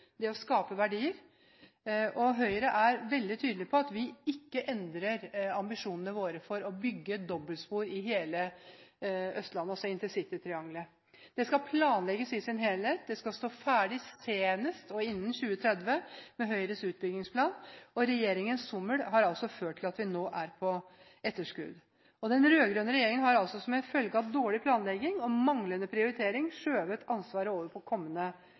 det å skape verdier: Høyre er veldig tydelige på at vi ikke endrer ambisjonene våre for bygging av dobbeltspor i hele Østlandet og intercitytriangelet. Det skal planlegges i sin helhet, det skal stå ferdig senest og innen 2030 med Høyres utbyggingsplan, og regjeringens sommel har ført til at vi nå er på etterskudd. Den rød-grønne regjeringen har altså som følge av dårlig planlegging og manglende prioritering skjøvet ansvaret over på kommende